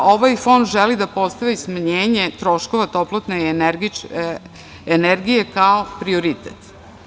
Ovaj fond želi da postavi smanjenje troškova toplotne energije kao prioritet.